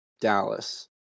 Dallas